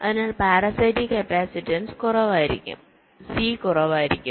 അതിനാൽ parasitic capacitance കുറവായിരിക്കും C കുറവായിരിക്കും